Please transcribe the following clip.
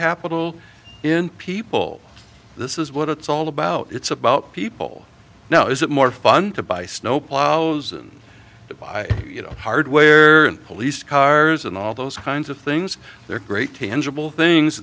capital in people this is what it's all about it's about people now is it more fun to buy snowplows than to buy you know hardware police cars and all those kinds of things they're great tangible things